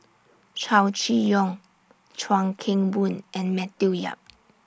Chow Chee Yong Chuan Keng Boon and Matthew Yap